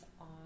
on